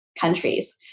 countries